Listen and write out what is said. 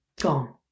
gone